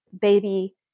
baby